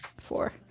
Four